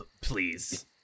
please